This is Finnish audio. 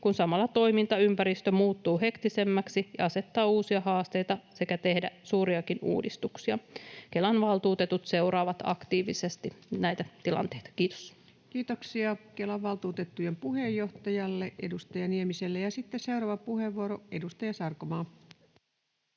kun samalla toimintaympäristö muuttuu hektisemmäksi ja asettaa uusia haasteita sekä tehdään suuriakin uudistuksia. Kelan valtuutetut seuraavat aktiivisesti näitä tilanteita. — Kiitos. Kiitoksia Kelan valtuutettujen puheenjohtajalle, edustaja Niemiselle. — Sitten seuraava puheenvuoro, edustaja Sarkomaa.